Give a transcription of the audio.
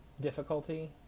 difficulty